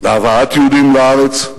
להבאת יהודים לארץ,